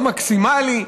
המקסימלי,